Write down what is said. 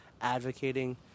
advocating